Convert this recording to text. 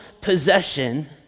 possession